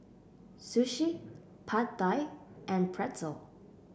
Sushi Pad Thai and Pretzel